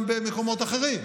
וגם במקומות אחרים.